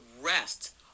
rest